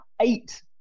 eight